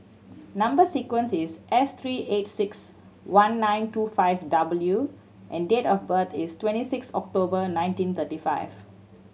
number sequence is S three eight six one nine two five W and date of birth is twenty six October nineteen thirty five